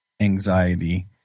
anxiety